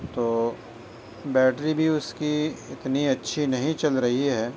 تو بیٹری بھی اُس کی اتنی اچھی نہیں چل رہی ہے